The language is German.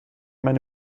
meine